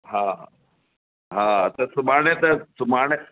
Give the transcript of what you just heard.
हा हा हा त सुभाणे त सुभाणे